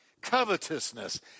covetousness